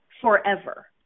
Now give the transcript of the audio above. forever